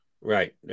Right